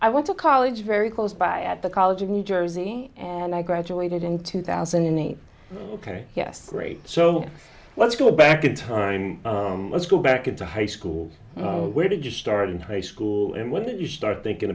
i went to college very close by at the college of new jersey and i graduated in two thousand and eight ok yes great so let's go back in time let's go back into high school where did you start in trade school and when you start thinking